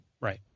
Right